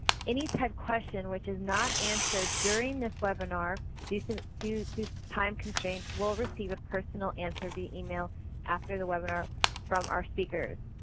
any type question which is not answered during this webinar due so due to time constraints will receive a personal answer via email after the webinar from our speakers.